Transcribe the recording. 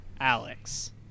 Alex